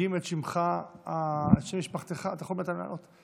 שהוגים את שם משפחתך עם ב'